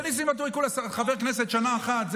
וניסים ואטורי כולה חבר כנסת שנה אחת.